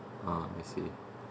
ah I see